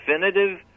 definitive